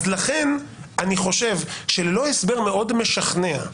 לכן אני חושב שללא הסבר מאוד משכנע,